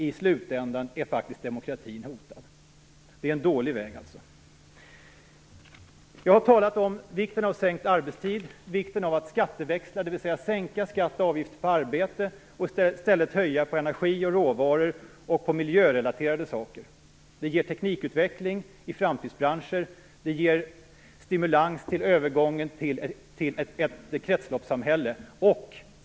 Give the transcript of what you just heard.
I slutändan är faktiskt demokratin hotad. Det är en dålig väg. Jag har talat om vikten av sänkt arbetstid, vikten av att skatteväxla, dvs. sänka skatt och avgifter på arbete och i stället höja den på energi, råvaror och miljörelaterade saker. Det ger teknikutveckling i framtidsbranscher och stimulerar en övergång till ett kretsloppssamhälle.